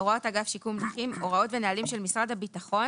"הוראות אגף שיקום נכים" הוראות ונהלים של משרד הביטחון